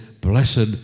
blessed